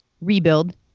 rebuild